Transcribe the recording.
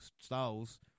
Styles